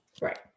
right